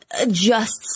adjusts